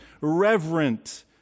reverent